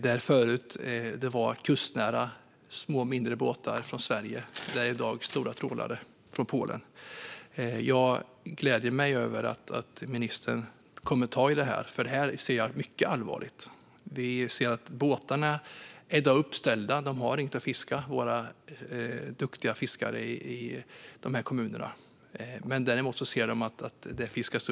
Där det förut var kustnära mindre båtar från Sverige är det i dag stora trålare från Polen. Jag gläder mig över att ministern kommer att ta upp frågan. Jag ser mycket allvarligt på frågan. Båtarna är i dag uppställda. Våra duktiga fiskare i dessa kommuner har inte varit ute och fiskat.